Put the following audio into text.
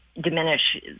diminish